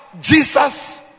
Jesus